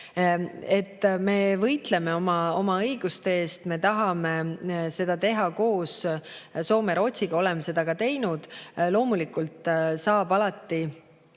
Me võitleme oma õiguste eest, me tahame seda teha koos Soome ja Rootsiga, oleme seda ka teinud. Loomulikult võib alati